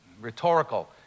rhetorical